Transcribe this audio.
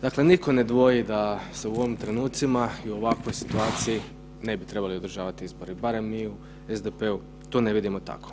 Dakle nitko ne dvoji da se u ovim trenucima i u ovakvoj situaciji ne bi trebali održavati izbori, barem mi u SDP-u to ne vidimo tako.